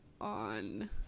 on